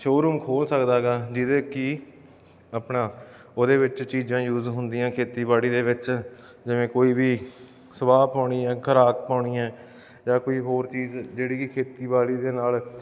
showroom ਖੋਲ੍ਹ ਸਕਦਾ ਹੈਗਾ ਜਿਹਦੇ ਕਿ ਆਪਣਾ ਉਹਦੇ ਵਿੱਚ ਚੀਜ਼ਾਂ ਯੂਜ਼ ਹੁੰਦੀਆਂ ਖੇਤੀਬਾੜੀ ਦੇ ਵਿੱਚ ਜਿਵੇਂ ਕੋਈ ਵੀ ਸਵਾਹ ਪਾਉਣੀ ਹੈ ਖਰਾਕ ਪਾਉਣੀ ਹੈ ਜਾਂ ਕੋਈ ਹੋਰ ਚੀਜ਼ ਜਿਹੜੀ ਕਿ ਖੇਤੀਬਾੜੀ ਦੇ ਨਾਲ